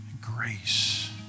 grace